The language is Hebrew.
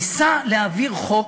ניסה להעביר חוק,